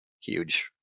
huge